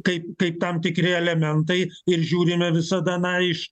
taip tai tam tikri elementai ir žiūrime visada na iš